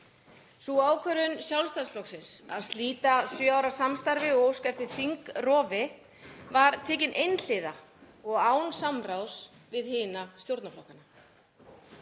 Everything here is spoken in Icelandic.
Sú ákvörðun Sjálfstæðisflokksins að slíta sjö ára samstarfi og óska eftir þingrofi var tekin einhliða og án samráðs við hina stjórnarflokkana.